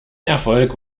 erfolg